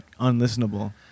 unlistenable